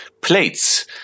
plates